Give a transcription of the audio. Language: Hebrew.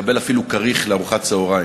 לקבל אפילו כריך לארוחת צהריים.